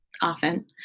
often